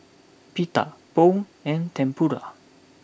Pita Pho and Tempura